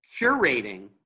curating